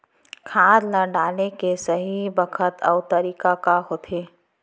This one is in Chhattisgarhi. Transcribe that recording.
खाद ल डाले के सही बखत अऊ तरीका का होथे?